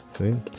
okay